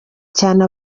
cyane